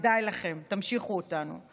כדאי לכם, תמשיכו אותנו.